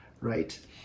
right